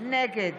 נגד